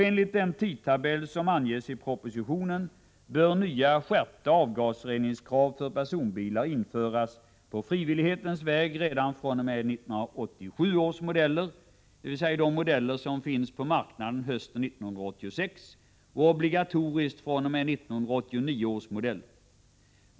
Enligt den tidtabell som anges i propositionen bör nya skärpta avgasreningskrav för personbilar införas på frivillighetens väg redan fr.o.m. 1987 års modeller, dvs. de modeller som finns på marknaden hösten 1986, och obligatoriskt fr.o.m. 1989 års modeller.